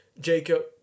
Jacob